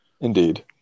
indeed